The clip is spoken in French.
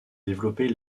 développée